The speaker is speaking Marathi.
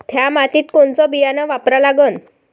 थ्या मातीत कोनचं बियानं वापरा लागन?